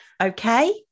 okay